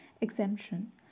exemption